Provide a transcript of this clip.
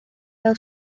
fel